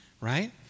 Right